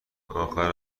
آخر